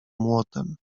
młotem